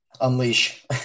unleash